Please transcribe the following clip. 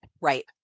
Right